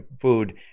food